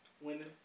Women